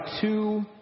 two